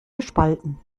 gespalten